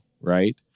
Right